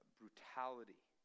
brutality